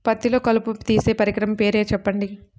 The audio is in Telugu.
పత్తిలో కలుపు తీసే పరికరము పేరు చెప్పండి